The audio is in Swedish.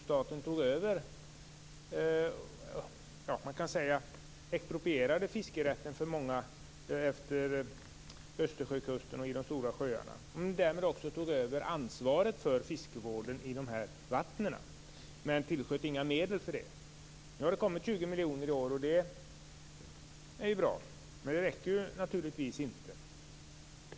Staten tog över, eller man kan kanske säga exproprierade fiskerätten för många utefter Östersjökusten och i de stora sjöarna. Därmed tog man också över ansvaret för fiskevården i de här vattnen men tillsköt inga medel för det. Nu har det kommit 20 miljoner i år, och det är ju bra. Men det räcker naturligtvis inte.